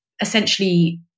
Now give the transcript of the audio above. essentially